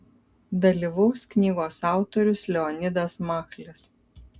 dalyvaus knygos autorius leonidas machlis